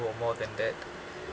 or more than that